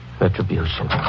retribution